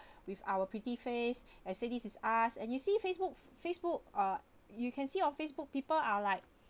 with our pretty face and say this is us and you see facebook facebook uh you can see on facebook people are like